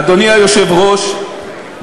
אדוני היושב-ראש,